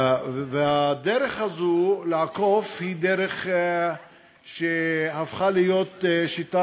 והדרך הזו לעקוף היא דרך שהפכה להיות שיטה